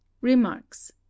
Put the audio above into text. remarks